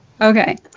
Okay